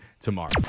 tomorrow